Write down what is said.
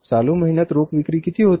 चालू महिन्यात रोख विक्री किती होती